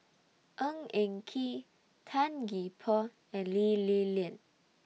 Ng Eng Kee Tan Gee Paw and Lee Li Lian